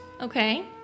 Okay